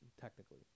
technically